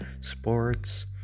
sports